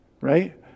Right